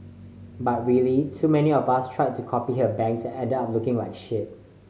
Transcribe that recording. but really too many of us tried to copy her bangs and ended up looking like shit